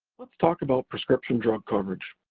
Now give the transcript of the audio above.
let's talk about prescription drug coverage.